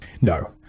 No